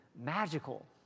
magical